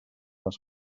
les